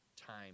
time